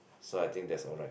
so I think that's alright